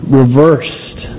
reversed